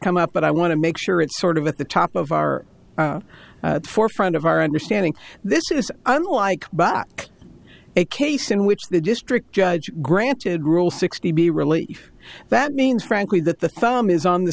come up but i want to make sure it's sort of at the top of our forefront of our understanding this is unlike but a case in which the district judge granted rule sixty b relief that means frankly that the thumb is on the